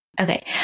Okay